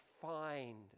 find